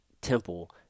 temple